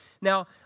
Now